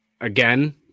Again